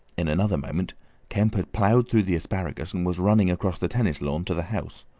in another moment kemp had ploughed through the asparagus, and was running across the tennis lawn to the house.